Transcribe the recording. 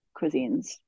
cuisines